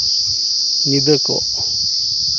ᱧᱤᱫᱟᱹ ᱠᱚᱜ